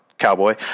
Cowboy